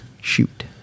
Shoot